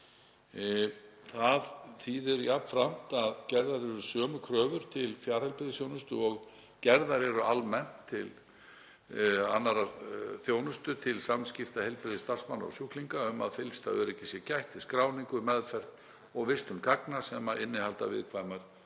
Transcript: Það þýðir jafnframt að gerðar eru sömu kröfur til fjarheilbrigðisþjónustu og gerðar eru almennt til annarrar þjónustu og til samskipta heilbrigðisstarfsmanna og sjúklinga, svo sem að fyllsta öryggis sé gætt við skráningu, meðferð og vistun gagna sem innihalda viðkvæmar